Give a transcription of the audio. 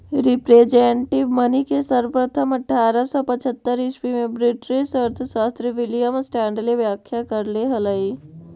representative money के सर्वप्रथम अट्ठारह सौ पचहत्तर ईसवी में ब्रिटिश अर्थशास्त्री विलियम स्टैंडले व्याख्या करले हलई